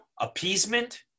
appeasement